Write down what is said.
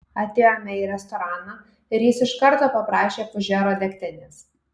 atėjome į restoraną ir jis iš karto paprašė fužero degtinės